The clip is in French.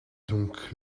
donc